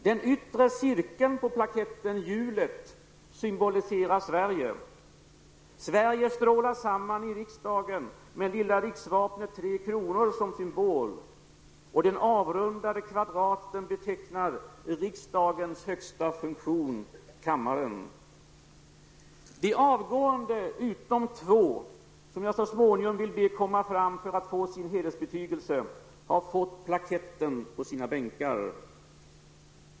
Den yttre cirkeln på plaketten -- hjulet -- symboliserar Sverige. Sverige strålar samman i riksdagen, med lilla riksvapnet tre kronor som symbol. Den avrundade kvadraten betecknar riksdagens högsta funktion -- kammaren. De avgående -- utom två som jag så småningom vill be komma fram för att få sin hederbetygelse -- har fått plaketten på sina bänkar.